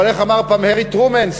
אבל איך אמר פעם הארי טרומן,